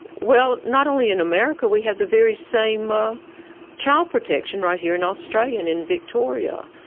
well not only in america, we have the very same ah child protection right here in australia in in victoria.